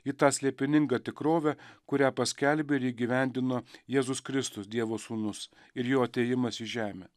į tą slėpiningą tikrovę kurią paskelbė ir įgyvendino jėzus kristus dievo sūnus ir jo atėjimas į žemę